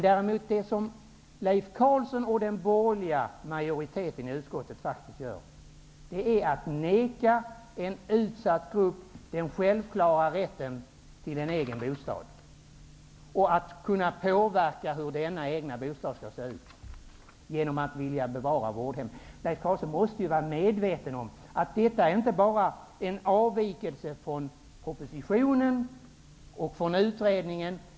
Det som Leif Carlson och den borgerliga majoriteten i utskottet gör genom att vilja bevara vårdhemmen är däremot att neka en utsatt grupp den självklara rätten till en egen bostad och att kunna påverka hur denna egna bostad skall se ut. Leif Carlson måste vara medveten om att detta inte bara är en avvikelse från propositionen och utredningen.